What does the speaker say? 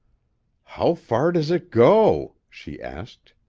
how far does it go? she asked.